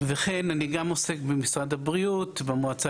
וכן אני גם עוסק במשרד הבריאות במועצה